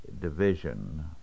division